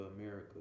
America